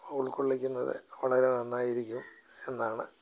ഉൾക്കൊള്ളിക്കുന്നത് വളരെ നന്നായിരിക്കും എന്നാണ്